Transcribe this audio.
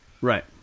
Right